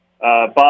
Bob